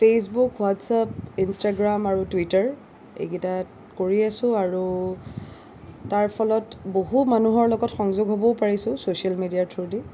Facebook WhatsApp Instagram আৰু Twitter এইকেইটাত কৰি আছোঁ আৰু তাৰ ফলত বহু মানুহৰ লগত সংযোগ হ'বও পাৰিছোঁ ছ'চিয়েল মেডিয়াৰ থ্ৰ' দি